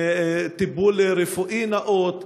טיפול רפואי נאות,